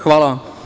Hvala.